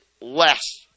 less